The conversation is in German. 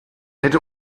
hätte